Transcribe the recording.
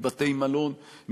מבתי-מלון,